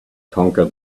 conquer